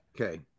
Okay